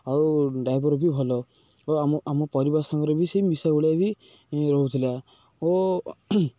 ଆଉ ଡ୍ରାଇଭର ବି ଭଲ ଓ ଆମ ଆମ ପରିବାର ସାଙ୍ଗରେ ବି ସେ ମିଶା ଗୋଳିଆ ହେଇ ରହୁଥିଲା ଓ